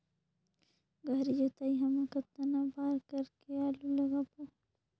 गहरी जोताई हमन कतना बार कर के आलू लगाबो?